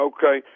Okay